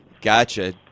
Gotcha